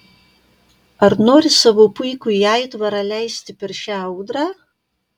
ar nori savo puikųjį aitvarą leisti per šią audrą